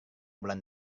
bulan